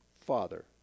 Father